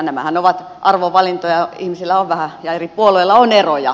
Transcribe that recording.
nämähän ovat arvovalintoja ihmisillä on vähän ja eri puolueilla on eroja